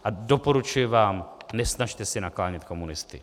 A doporučuji vám, nesnažte se naklánět komunisty.